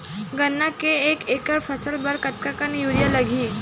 गन्ना के एक एकड़ फसल बर कतका कन यूरिया लगही?